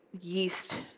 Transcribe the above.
yeast